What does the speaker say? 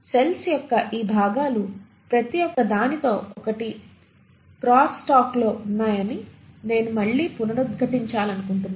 cells యొక్క ఈ భాగాలు ప్రతి ఒకదానితో ఒకటి క్రాస్స్టాక్లో ఉన్నాయని నేను మళ్ళీ పునరుద్ఘాటించాలనుకుంటున్నాను